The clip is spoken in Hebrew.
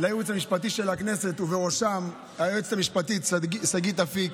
לייעוץ המשפטי של הכנסת ובראשו היועצת המשפטית שגית אפיק.